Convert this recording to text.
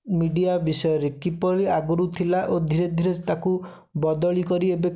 media ବିଷୟରେ କିପରି ଆଗରୁ ଥିଲା ଓ ଧୀରେଧୀରେ ତାକୁ ବଦଳି କରି ଏବେ